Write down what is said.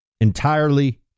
Entirely